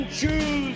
choose